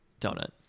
donut